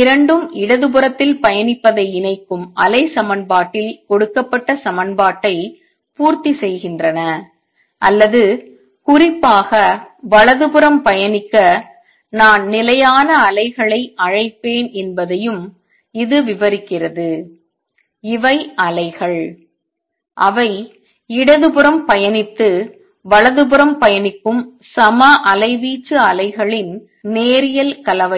இரண்டும் இடதுபுறத்தில் பயணிப்பதை இணைக்கும் அலை சமன்பாட்டில் கொடுக்கப்பட்ட சமன்பாட்டை பூர்த்தி செய்கின்றன அல்லது குறிப்பாக வலதுபுறம் பயணிக்க நான் நிலையான அலைகளை அழைப்பேன் என்பதையும் இது விவரிக்கிறது இவை அலைகள் அவை இடதுபுறம் பயணித்து வலதுபுறம் பயணிக்கும் சம அலைவீச்சு அலைகளின் நேரியல் கலவையாகும்